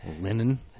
Linen